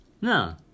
no